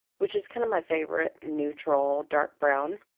which is kind of my favorite neutral dark brown,